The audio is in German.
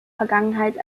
vergangenheit